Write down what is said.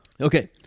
Okay